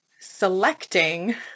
selecting